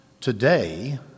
Today